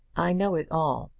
i know it all.